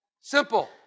Simple